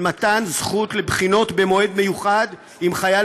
של מתן זכות לבחינות במועד מיוחד אם חייל